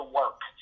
work